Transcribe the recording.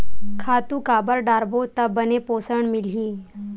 खातु काबर डारबो त बने पोषण मिलही?